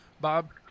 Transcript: Bob